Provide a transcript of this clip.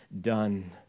done